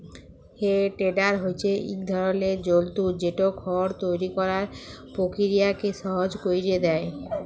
হে টেডার হছে ইক ধরলের যল্তর যেট খড় তৈরি ক্যরার পকিরিয়াকে সহজ ক্যইরে দেঁই